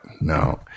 No